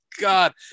God